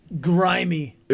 Grimy